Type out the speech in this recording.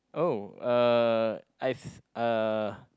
oh uh as a